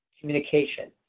communication